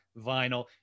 Vinyl